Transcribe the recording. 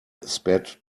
sped